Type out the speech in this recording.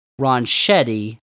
Ronchetti